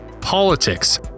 politics